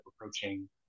approaching